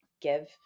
give